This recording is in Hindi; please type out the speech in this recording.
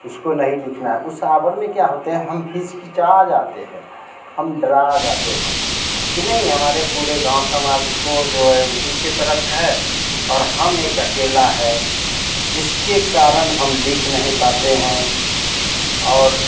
इसको नहीं लिखना है उस आवर में क्या होता है हम हिचकिचा जाते हैं हम डरा जाते हैं कि नहीं हमारे पूरे गाँव समाज को जो है उन्हीं के तरफ है और हम एक अकेला है जिसके कारण हम लिख नहीं पाते हैं और